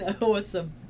Awesome